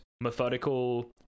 methodical